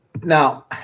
Now